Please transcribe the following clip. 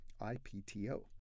IPTO